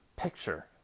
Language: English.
Picture